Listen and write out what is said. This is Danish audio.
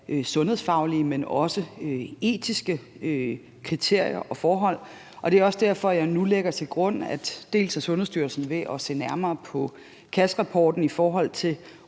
sundhedsfaglige, men også etiske kriterier og forhold. Det er også derfor, jeg nu lægger til grund, at Sundhedsstyrelsen er ved at se nærmere på Cassrapporten i forhold til